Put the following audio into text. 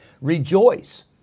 Rejoice